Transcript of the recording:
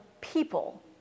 people